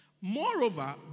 Moreover